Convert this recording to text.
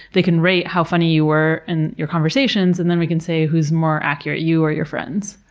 they can rate how funny you were in your conversations, and then we can say who is more accurate, you or your friends.